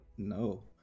No